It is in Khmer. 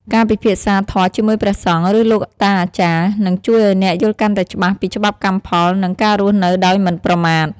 ការពិភាក្សាធម៌ជាមួយព្រះសង្ឃ ឬលោកតាអាចារ្យ នឹងជួយឱ្យអ្នកយល់កាន់តែច្បាស់ពីច្បាប់កម្មផល និងការរស់នៅដោយមិនប្រមាថ។